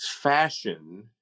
fashion